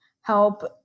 help